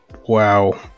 Wow